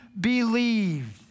believed